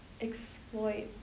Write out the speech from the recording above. exploit